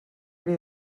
bri